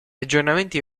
aggiornamenti